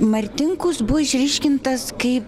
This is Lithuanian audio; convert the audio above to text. martinkus buvo išryškintas kaip